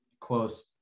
close